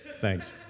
thanks